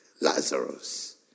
Lazarus